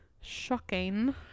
Shocking